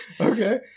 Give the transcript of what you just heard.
Okay